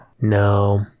No